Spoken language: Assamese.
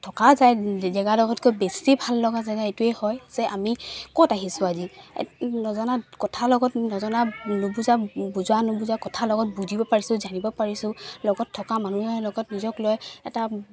থকা যায় জেগাডখৰতকৈ বেছি ভাল লগা জেগা এইটোৱেই হয় যে আমি ক'ত আহিছো আজি নজনা কথা লগত নজনা নুবুজা বুজা নুবুজা কথা লগত বুজিব পাৰিছো জানিব পাৰিছো লগত থকা মানুহে লগত নিজক লৈ এটা